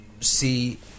see